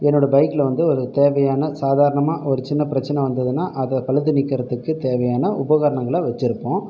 என்னோடய பைக்கில் வந்து ஒரு தேவையான சாதாரணமாக ஒரு சின்ன பிரச்சனை வந்ததுன்னா அதை பழுது நீக்கறதுக்கு தேவையான உபகரணங்களை வச்சு இருப்போம்